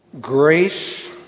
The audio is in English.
grace